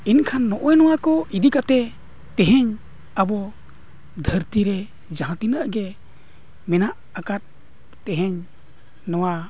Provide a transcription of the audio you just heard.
ᱮᱱᱠᱷᱟᱱ ᱱᱚᱜᱼᱚᱭ ᱱᱚᱣᱟ ᱠᱚ ᱤᱫᱤ ᱠᱟᱛᱮᱫ ᱛᱮᱦᱮᱧ ᱟᱵᱚ ᱫᱷᱟᱹᱨᱛᱤᱨᱮ ᱡᱟᱦᱟᱸ ᱛᱤᱱᱟᱹᱜ ᱜᱮ ᱢᱮᱱᱟᱜ ᱟᱠᱟᱫ ᱛᱮᱦᱮᱧ ᱱᱚᱣᱟ